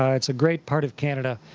ah it's a great part of canada,